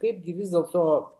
kaipgi vis dėlto